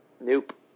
Nope